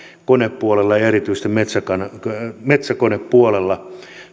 konepuolella ja ja erityisesti metsäkonepuolella